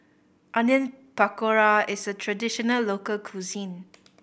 Onion Pakora is a traditional local cuisine